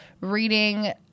reading